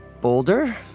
boulder